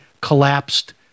collapsed